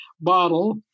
bottle